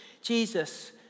Jesus